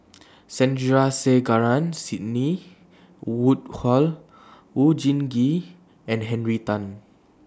Sandrasegaran Sidney Woodhull Oon Jin Gee and Henry Tan